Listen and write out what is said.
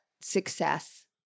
success